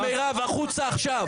יוראי ומירב, החוצה עכשיו.